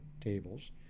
tables